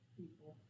people